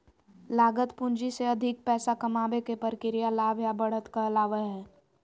लागत पूंजी से अधिक पैसा कमाबे के प्रक्रिया लाभ या बढ़त कहलावय हय